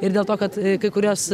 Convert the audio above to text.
ir dėl to kad kai kurios